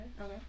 Okay